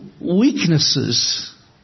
weaknesses